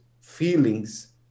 feelings